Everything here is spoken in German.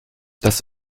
das